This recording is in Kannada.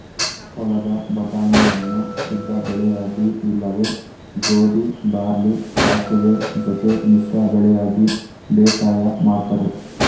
ಹೊಲದ ಬಟಾಣಿಯನ್ನು ಶುದ್ಧಬೆಳೆಯಾಗಿ ಇಲ್ಲವೆ ಗೋಧಿ ಬಾರ್ಲಿ ಸಾಸುವೆ ಜೊತೆ ಮಿಶ್ರ ಬೆಳೆಯಾಗಿ ಬೇಸಾಯ ಮಾಡ್ತರೆ